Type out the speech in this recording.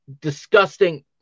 disgusting